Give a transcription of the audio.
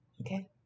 Okay